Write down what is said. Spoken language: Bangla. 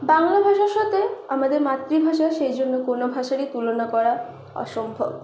বাংলা ভাষার সাথে আমাদের মাতৃভাষা সেই জন্য কোনো ভাষারই তুলনা করা অসম্ভব